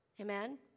Amen